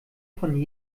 von